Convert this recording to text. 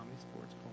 sports